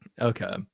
Okay